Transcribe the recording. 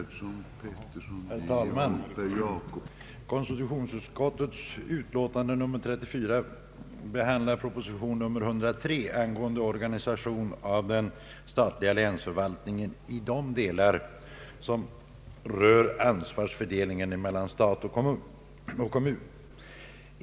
Herr talman! Konstitutionsutskottets utlåtande nr 34 behandlar propositionen 103 angående organisation av den statliga länsförvaltningen i de delar som rör ansvarsfördelningen mellan stat och kommun.